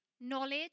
knowledge